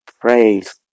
Praise